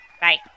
Bye